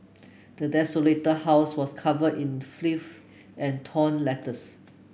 the desolated house was covered in filth and torn letters